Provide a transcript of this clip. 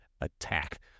attack